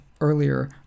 earlier